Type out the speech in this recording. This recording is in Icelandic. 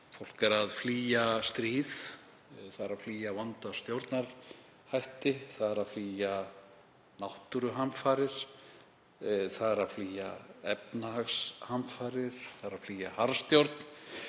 Fólk er að flýja stríð. Það er að flýja vonda stjórnarhætti, það er að flýja náttúruhamfarir, það er að flýja efnahagshamfarir, það er að flýja harðstjórn,